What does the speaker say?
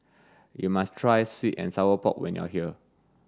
you must try sweet and sour pork when you are here